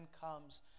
comes